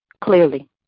clearly